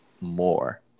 more